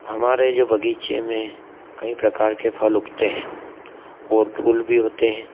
हमारे जो बगीचे में कई प्रकार के फल उगते हैं वो फूल भी होते है